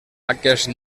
aquest